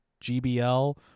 GBL